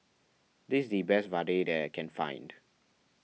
this is the best Vadai that I can find